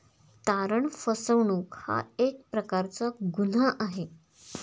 तारण फसवणूक हा एक प्रकारचा गुन्हा आहे